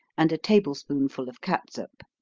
and a table spoonful of catsup.